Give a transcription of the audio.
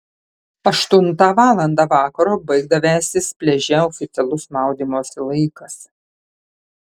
aštuntą valandą vakaro baigdavęsis pliaže oficialus maudymosi laikas